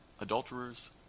adulterers